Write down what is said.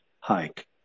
hike